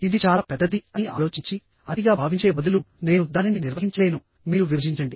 ఇది చాలా పెద్దది అని ఆలోచించి అతిగా భావించే బదులు నేను దానిని నిర్వహించలేను మీరు విభజించండి